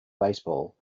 baseball